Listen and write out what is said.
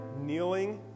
kneeling